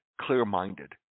clear-minded